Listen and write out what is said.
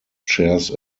chairs